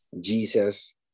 Jesus